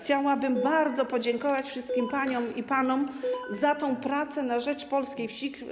Chciałabym bardzo podziękować wszystkim paniom i panom za tę pracę na rzecz polskiej wsi.